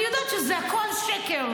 אני יודעת שזה הכול שקר.